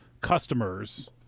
customers